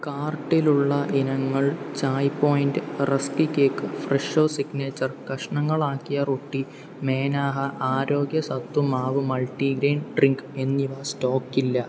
കാർട്ടിലുള്ള ഇനങ്ങൾ Chai Point rusk cake Fresho signature കഷ്ണങ്ങളാക്കിയ റൊട്ടി മേനാഹ ആരോഗ്യ സത്തു മാവു മൾട്ടിഗ്രെയിൻ ഡ്രിങ്ക് എന്നിവ സ്റ്റോക്കില്ല